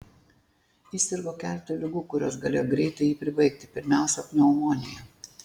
jis sirgo keletu ligų kurios galėjo greitai jį pribaigti pirmiausia pneumonija